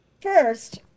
first